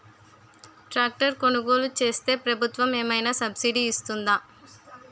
Tractor కొనుగోలు చేస్తే ప్రభుత్వం ఏమైనా సబ్సిడీ ఇస్తుందా?